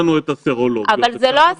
יש לנו את הסרולוג ש- -- אבל זה לא הסיפור,